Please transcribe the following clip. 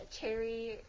cherry